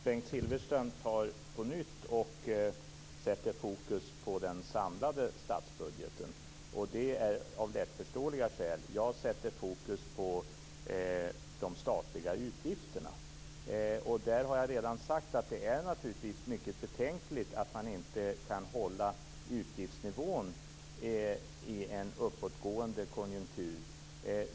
Fru talman! Bengt Silfverstrand sätter på nytt fokus på den samlade statsbudgeten, och det av lättförståeliga skäl. Jag sätter fokus på de statliga utgifterna. Jag har redan sagt att det är mycket betänkligt att man inte kan hålla utgiftsnivån i en uppåtgående konjunktur.